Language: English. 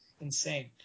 insane